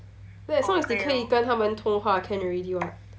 as long as 你可以跟他们通话 can already [what]